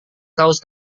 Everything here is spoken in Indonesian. kaus